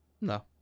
No